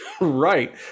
Right